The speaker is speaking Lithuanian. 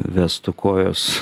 vestų kojos